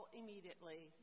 immediately